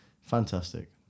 fantastic